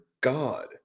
God